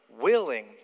willing